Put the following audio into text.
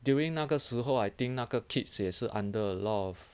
during 那个时候 I think 那个 kids 也是 under a lot of